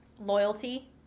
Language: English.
Loyalty